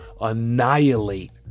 annihilate